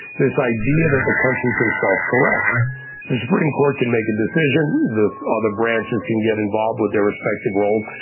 this idea that the country can self-correct. the supreme court can make a decision, the other branches can get involved with their respective roles,